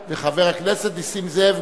חבר הכנסת אילטוב וחבר הכנסת נסים זאב,